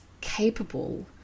capable